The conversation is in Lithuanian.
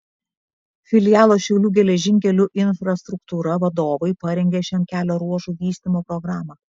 filialo šiaulių geležinkelių infrastruktūra vadovai parengė šiam kelio ruožui vystymo programą